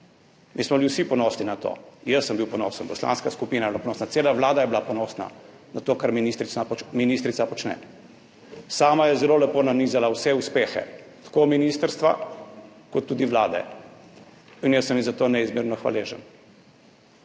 Mi smo bili vsi ponosni na to. Jaz sem bil ponosen, poslanska skupina je bila ponosna, cela vlada je bila ponosna na to, kar ministrica, ministrica počne. Sama je zelo lepo nanizala vse uspehe tako ministrstva kot tudi vlade in jaz sem ji za to neizmerno hvaležen.